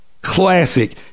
Classic